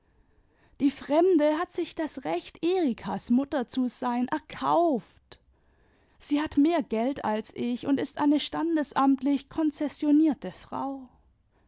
die fremde hat sich das recht erikas mutter zu sein erkauft sie hat mehr geld als ich und ist eine standesamtlich konzessionierte frau